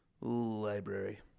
library